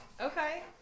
Okay